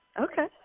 Okay